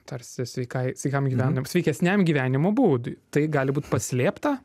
tarsi sveikai sveikam gyvenimui sveikesniam gyvenimo būdui tai gali būt paslėpta